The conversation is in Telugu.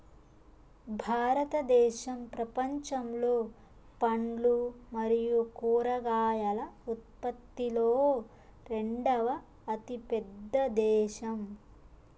భారతదేశం ప్రపంచంలో పండ్లు మరియు కూరగాయల ఉత్పత్తిలో రెండవ అతిపెద్ద దేశం